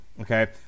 Okay